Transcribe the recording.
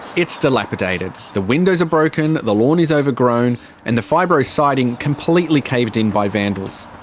it's dilapidated, the windows are broken, the lawn is overgrown and the fibro siding completely caved in by vandals.